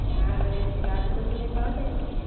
হ্যাঁ আর ওই রাজ কচুরি পাওয়া যায় তো